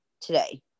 today